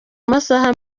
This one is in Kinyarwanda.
amasaha